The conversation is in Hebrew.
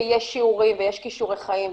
שיש שיעורים ויש כישורי חיים,